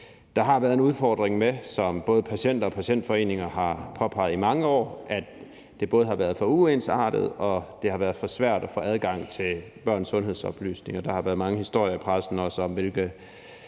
bliver handlet på det. Der har, som både patienter og patientforeninger har påpeget i mange år, været en udfordring med, at det både har været for uensartet og for svært at få adgang til børns sundhedsoplysninger. Der har også været mange historier i pressen om, hvilke